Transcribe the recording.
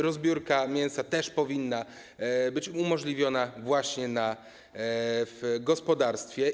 Rozbiórka mięsa też powinna być umożliwiona właśnie w gospodarstwie.